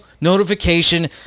notification